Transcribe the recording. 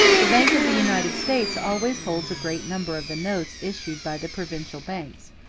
the bank of the united states always holds a great number of the notes issued by the provincial banks,